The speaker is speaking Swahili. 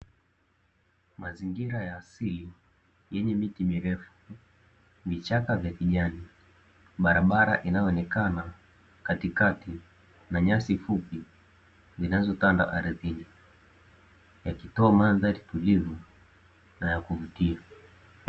Mazingira ya asili yenye miti mirefu, vichaka vya kijani na barabara inayoonekana katikati na nyasi fupi zinazotanda ardhini, yakitoa mandhari tulivu na yakuvutia.